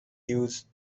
dues